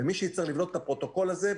ומי שהצטרך לבנות את הפרוטוקול הזה,